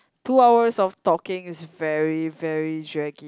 two hours of talking is very very draggy